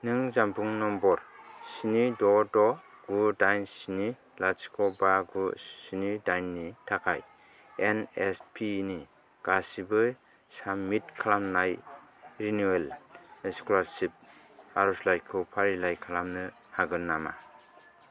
नों जानबुं नम्बर स्नि द' द' गु दाइन स्नि लाथिख' बा गु स्नि दाइननि थाखाय एनएसपिनि गासिबो साबमिट खालामनाय रिनिउयेल स्कलारसिप आर'जलाइखौ फारिलाइ खालामनो हागोन नामा